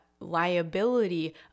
liability